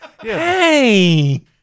Hey